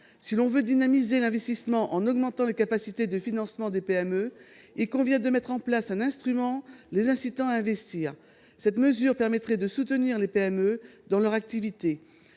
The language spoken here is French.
Si l'on veut dynamiser l'investissement en augmentant les capacités de financement des PME, il convient de mettre en place un instrument les incitant à investir. Cette mesure permettrait de soutenir les PME dans leur activité.